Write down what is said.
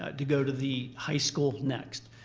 ah to go to the high school next.